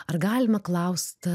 ar galima klaust